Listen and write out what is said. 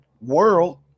world